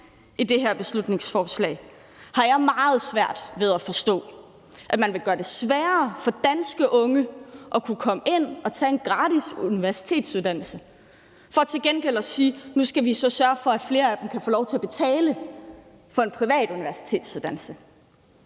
af det her beslutningsforslag har jeg meget svært ved at forstå, altså at man vil gøre det sværere for danske unge at kunne komme ind at tage en gratis universitetsuddannelse for til gengæld at sige: Nu skal vi så sørge for, at flere af dem kan få lov til at betale for en privat universitetsuddannelse.